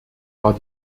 war